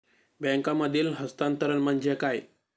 बँकांमधील हस्तांतरण म्हणजे काय?